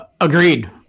Agreed